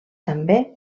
també